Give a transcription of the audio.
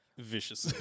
Vicious